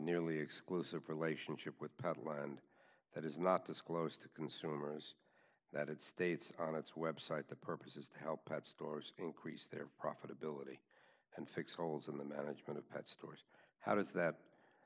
nearly exclusive relationship with puddle and that is not disclosed to consumers that it states on its website the purpose is to help pet stores increase their profitability and fix holes in the management of pets to how does that